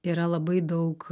yra labai daug